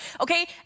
okay